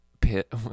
pit